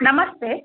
ನಮಸ್ತೆ